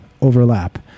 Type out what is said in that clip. overlap